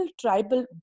tribal